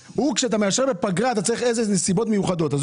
כשאתה מאשר בפגרה אתה צריך נסיבות מיוחדות,